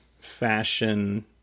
fashion